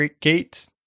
gate